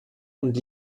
und